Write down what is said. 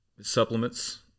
supplements